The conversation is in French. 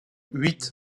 huit